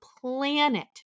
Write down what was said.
planet